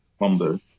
number